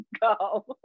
go